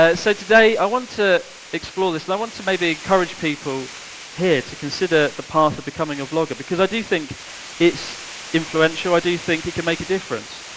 ah so today i want to explore this. i want to encourage people here to consider the path of becoming a vlogger because i do think it's influential. i do think it can make a difference.